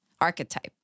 archetype